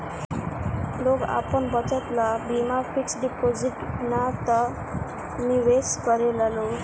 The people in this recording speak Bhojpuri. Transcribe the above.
लोग आपन बचत ला बीमा फिक्स डिपाजिट ना त निवेश करेला लोग